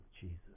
Jesus